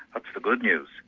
ah the good news.